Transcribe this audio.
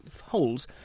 holes